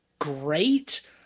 great